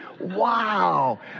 wow